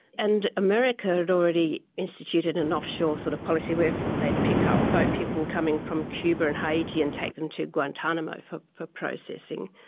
and america had already instituted an offshore sort of policy if they pick up boat people coming from cuba and haiti, and take them to guantanamo for for processing.